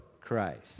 Christ